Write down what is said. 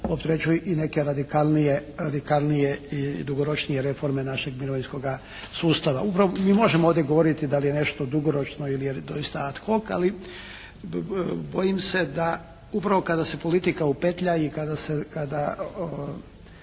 i neke radikalnije i dugoročnije reforme našeg mirovinskoga sustava. Upravo mi možemo ovdje govoriti da li je nešto dugoročno ili je doista ad hoc ali bojim se da upravo kada se politika upetlja i kada se,